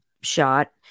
shot